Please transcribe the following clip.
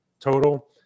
total